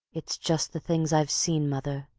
it's just the things i've seen, mother,